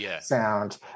sound